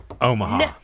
Omaha